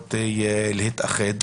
שצריכות להתאחד.